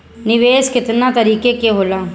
निवेस केतना तरीका के होला?